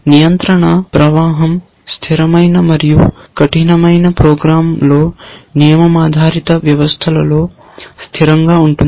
నియంత్రణ ప్రవాహం స్థిరమైన మరియు కఠినమైన ప్రోగ్రామ్లో నియమం ఆధారిత వ్యవస్థలలో స్థిరంగా ఉంటుంది